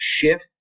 shift